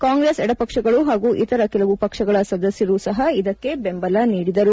ಕಾಂಗ್ರೆಸ್ ಎಡಪಕ್ಷಗಳು ಹಾಗೂ ಇತರ ಕೆಲವು ಪಕ್ಷಗಳ ಸದಸ್ಯರೂ ಸಹ ಇದಕ್ಕೆ ಬೆಂಬಲ ನೀಡಿದರು